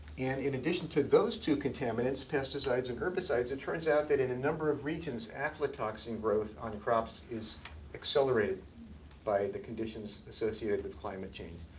and in addition to those two contaminants, pesticides and herbicides, it turns out that in a number of regions, aflatoxin growth on crops is accelerated by the conditions associated with climate change.